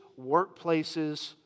workplaces